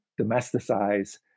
domesticize